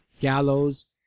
Gallows